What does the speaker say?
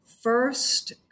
first